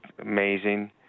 amazing